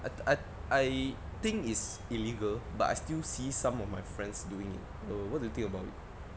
I I I think is illegal but I still see some of my friends doing it err what do you think about it